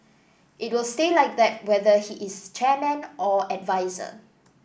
it will stay like that whether he is chairman or adviser